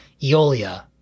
eolia